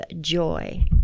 joy